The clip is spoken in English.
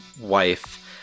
wife